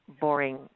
boring